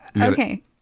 okay